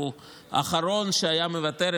הוא האחרון שהיה מוותר,